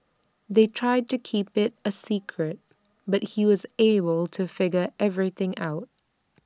they tried to keep IT A secret but he was able to figure everything out